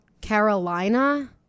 Carolina